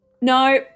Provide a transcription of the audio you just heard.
No